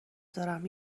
دارم